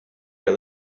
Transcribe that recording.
your